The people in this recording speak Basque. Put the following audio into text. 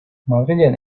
madrilen